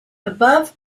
above